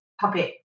puppet